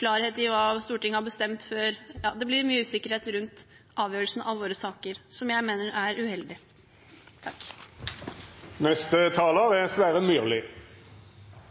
klarhet i hva Stortinget har bestemt. Det blir mye usikkerhet rundt avgjørelsene i sakene våre, noe jeg